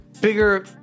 Bigger